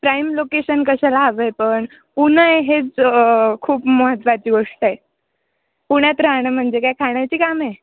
prime location कशाला हवं आहे पण पुणं आहे हेच खूप महत्त्वाची गोष्ट आहे पुण्यात राहणं म्हणजे काय खाण्याची काम आहे